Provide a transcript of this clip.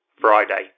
Friday